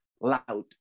loud